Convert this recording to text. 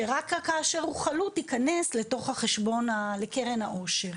שרק כאשר הוא חלוט ייכנס לקרן העושר.